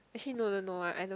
actually no no no I don't